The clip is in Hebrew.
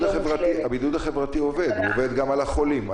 הבידוד החברתי עד עכשיו עובד גם על החולים,